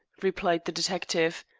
replied the detective.